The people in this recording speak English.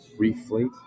Reflate